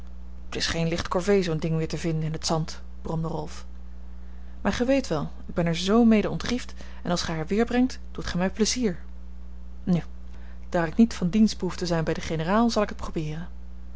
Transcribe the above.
t is geen lichte corvée zoo'n ding weer te vinden in het zand bromde rolf maar gij weet wel ik ben er zoo mede ontriefd en als gij haar weerbrengt doet gij mij pleizier nu daar ik niet van dienst behoef te zijn bij den generaal zal ik het probeeren